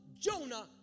Jonah